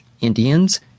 Indians